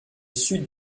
sud